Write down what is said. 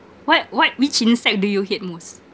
what what which insect do you hate most